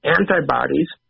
antibodies